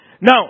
Now